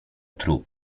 trup